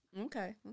Okay